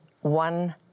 one